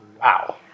Wow